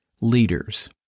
leaders